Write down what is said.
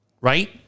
right